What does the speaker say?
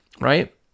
right